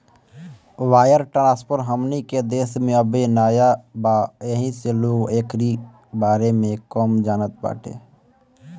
wire transfer हमनी के देश में अबे नया बा येही से लोग एकरी बारे में कम जानत बाटे